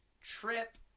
trip